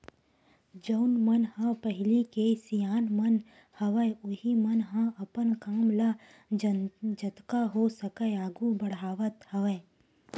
जउन मन ह पहिली के सियान मन हवय उहीं मन ह अपन काम ल जतका हो सकय आघू बड़हावत हवय